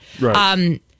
Right